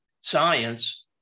science